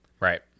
Right